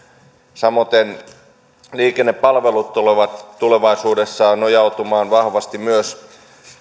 samoiten liikennepalvelut tulevat tulevaisuudessa nojautumaan vahvasti myös